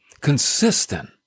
consistent